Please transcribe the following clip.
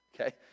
Okay